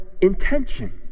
intention